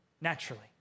Naturally